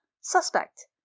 suspect